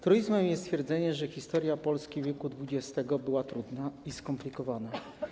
Truizmem jest stwierdzenie, że historia Polski wieku XX była trudna i skomplikowana.